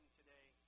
today